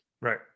Right